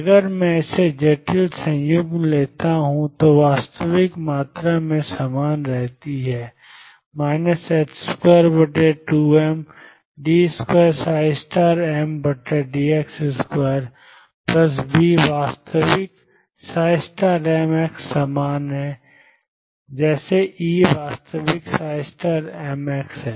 अगर मैं इसे जटिल संयुग्म लेता हूं तो सभी वास्तविक मात्रा समान रहती हैं 22md2m dx2V वास्तविक mx समान है जैसे E वास्तविक m है